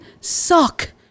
suck